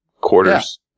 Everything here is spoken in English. quarters